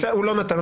הוא לא נתן,